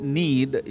need